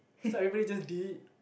so everybody just did it